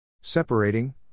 separating